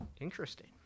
Interesting